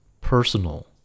personal